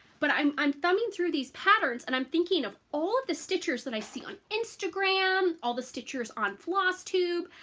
but i'm i'm thumbing through these patterns and i'm thinking of all the stitchers that i see on instagram, all the stitchers on flosstube,